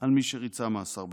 על מי שריצה מאסר בפועל.